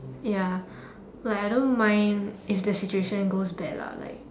ya like I don't mind if the situation goes bad lah like